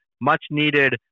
much-needed